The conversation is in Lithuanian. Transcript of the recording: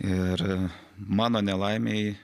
ir mano nelaimei